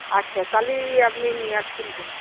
আচ্ছা তাহলে আপনি নিয়ে আসবেন কোন